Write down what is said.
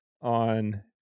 on